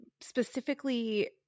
specifically